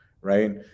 right